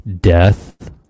death